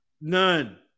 None